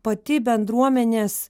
pati bendruomenės